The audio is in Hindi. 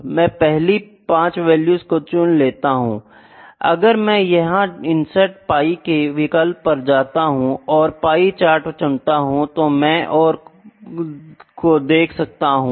मैं पहली 5 वैल्यूज को चुन लेता हूँ अगर मैं यह इन्सर्ट पाई के विकल्प पर जाता हूँ और पाई चार्ट चुनता हूँ तो मैं और को देख सकता हूँ